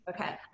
Okay